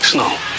Snow